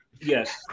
Yes